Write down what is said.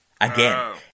Again